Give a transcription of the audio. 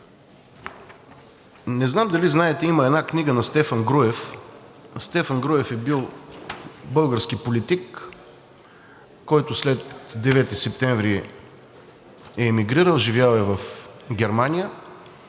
Не знам дали знаете има една книга на Стефан Груев – Стефан Груев е бил български политик, който след 9 септември е емигрирал, живял е в Германия.